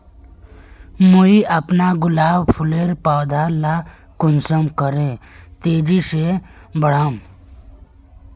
मुई अपना गुलाब फूलेर पौधा ला कुंसम करे तेजी से बढ़ाम?